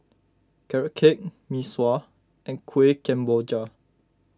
Carrot Cake Mee Sua and Kuih Kemboja